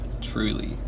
Truly